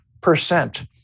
percent